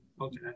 okay